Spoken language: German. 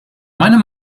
meiner